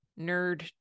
nerd